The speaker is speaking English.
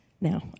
Now